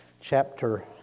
chapter